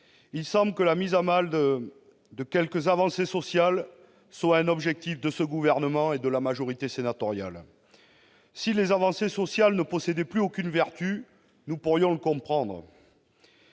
Il semble que la mise à mal de quelques avancées sociales soit un objectif de ce gouvernement et de la majorité sénatoriale. Si ces avancées sociales ne possédaient plus aucune vertu, nous pourrions le comprendre